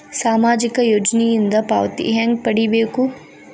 ಸಾಮಾಜಿಕ ಯೋಜನಿಯಿಂದ ಪಾವತಿ ಹೆಂಗ್ ಪಡಿಬೇಕು?